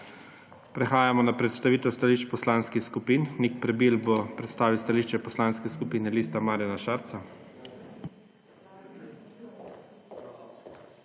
Prehajamo na predstavitev stališč poslanskih skupin. Nik Prebil bo predstavil stališče Poslanske skupine Lista Marjana Šarca.